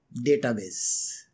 database